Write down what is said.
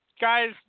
guys